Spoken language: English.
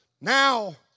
now